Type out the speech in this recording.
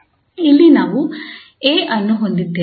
ಇಲ್ಲಿ ನಾವು 𝐴 ಅನ್ನು ಹೊಂದಿದ್ದೇವೆ